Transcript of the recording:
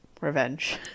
revenge